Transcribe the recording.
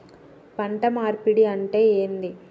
పంట మార్పిడి అంటే ఏంది?